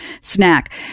snack